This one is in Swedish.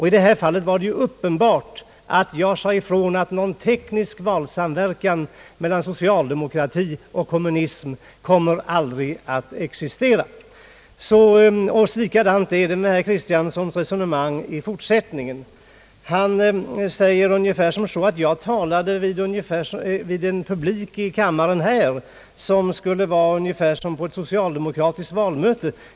I detta fall var det uppenbart att jag sade ifrån att det aldrig kommer att existera någon teknisk valsamverkan mellan socialdemokrati och kommunism. Likadant är det med herr Kristianssons resonemang i fortsättningen. Han säger att jag talade för en publik här i kammaren som om det skulle gällt ett socialdemokratiskt valmöte.